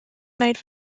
made